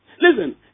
Listen